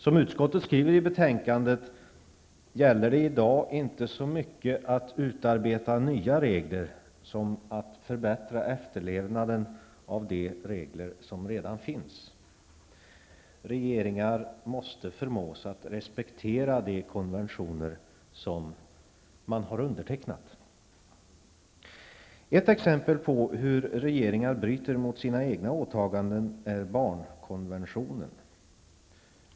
Som utskottet skriver i betänkandet gäller det i dag inte så mycket att utarbeta nya regler som att förbättra efterlevnaden av de regler som redan finns. Regeringarna måste förmås att respektera de konventioner som man har undertecknat. Ett exempel på hur regeringarna bryter mot sina egna åtaganden är barnkonventionen.